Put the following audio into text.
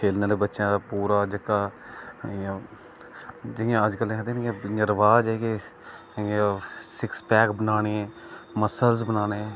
खेलने आहले बच्चे दा पूरा जेहका इ'यां जि'यां अजकल दे रिबाज है के सिक्स पैक बनाने मस्सल बनाने